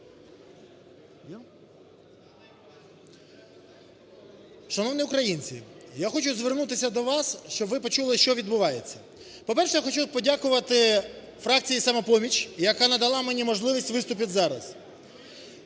Шановні українці, я хочу звернутися до вас, щоб ви почули, що відбувається. По-перше, я хочу подякувати фракції "Самопоміч", яка надала мені можливість виступити зараз.